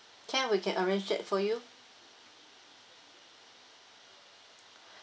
can we can arrange that for you